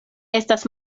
estas